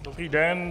Dobrý den.